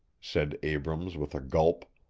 said abrams with a gulp.